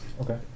Okay